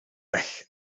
weg